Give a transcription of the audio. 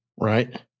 right